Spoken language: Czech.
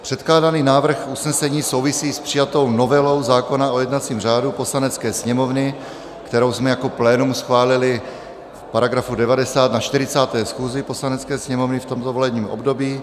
Předkládaný návrh usnesení souvisí s přijatou novelou zákona o jednacím řádu Poslanecké sněmovny, kterou jsme jako plénum schválili v § 90 na 40. schůzi Poslanecké sněmovny v tomto volebním období.